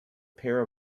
pair